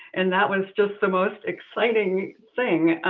and that was just the most exciting thing,